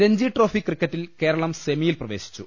രഞ്ജിട്രോഫിക്രിക്കറ്റിൽ കേരളം സെമിയിൽ പ്രവേശിച്ചു